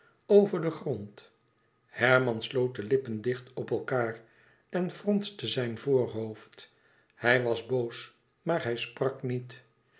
over den grond herman sloot de lippen dicht op elkaâr en fronste zijn voorhoofd hij was boos maar hij sprak niet